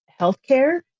healthcare